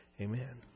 Amen